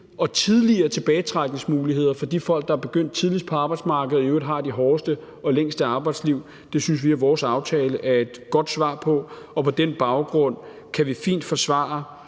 og tidligere tilbagetrækningsmuligheder for de folk, der er begyndt tidligst på arbejdsmarkedet og i øvrigt har de hårdeste og længste arbejdsliv. Det synes vi at vores aftale er et godt svar på, og på den baggrund kan vi fint forsvare,